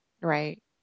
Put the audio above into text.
right